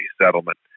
settlement